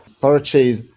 purchase